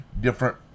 different